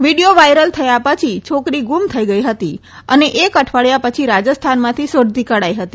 video viral થયા પછી છોકરી ગુમ થઈ હતી અને એક અઠવાડિયા પછી રાજસ્થાનમાંથી શોધી કઢાય હતી